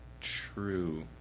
true